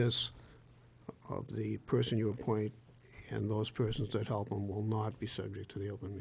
this of the person you appoint and those persons that help them will not be subject to the open